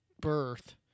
birth